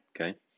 Okay